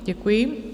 Děkuji.